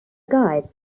guide